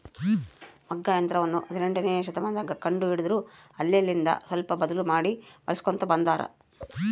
ಮಗ್ಗ ಯಂತ್ರವನ್ನ ಹದಿನೆಂಟನೆಯ ಶತಮಾನದಗ ಕಂಡು ಹಿಡಿದರು ಅಲ್ಲೆಲಿಂದ ಸ್ವಲ್ಪ ಬದ್ಲು ಮಾಡಿ ಬಳಿಸ್ಕೊಂತ ಬಂದಾರ